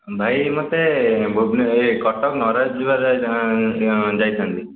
ଭାଇ ମୋତେ ଏ କଟକ ନରହରି ଯିବାର ଯାଇଥାନ୍ତି